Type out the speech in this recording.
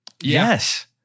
Yes